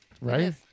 Right